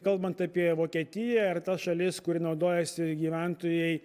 kalbant apie vokietiją ar tas šalis kur naudojasi gyventojai